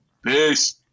Peace